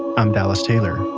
i'm dallas taylor